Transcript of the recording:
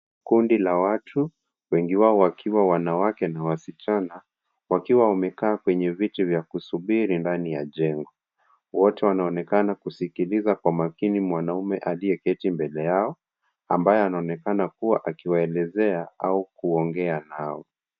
Kundi la watu. Wengi wao wakiwa wanawake na wasichana, wakiwa wamekaa kwenye viti vya kusubiri ndani ya jengo. Wote wanaonekana kusikiliza kwa makini mwanamume aliyeketi mbele yao, ambaye anaonekana kuwa akiwaelezea au kuongea nao.